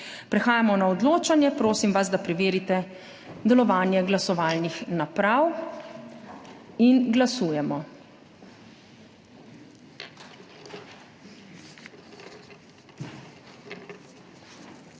Prehajamo na odločanje. Prosim vas, da preverite delovanje glasovalnih naprav. Glasujemo.